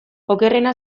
okerrena